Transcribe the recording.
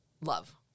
love